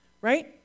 Right